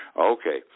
Okay